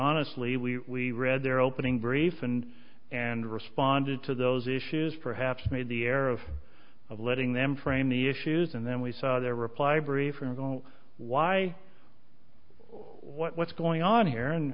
honestly we read their opening brief and and responded to those issues perhaps made the error of of letting them frame the issues and then we saw their reply brief or go why what's going on here